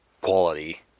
quality